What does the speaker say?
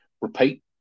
repeat